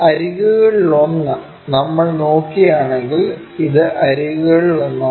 അരികുകളിലൊന്ന് നമ്മൾ നോക്കുകയാണെങ്കിൽ ഇത് അരികുകളിൽ ഒന്നാണ്